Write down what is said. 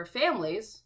families –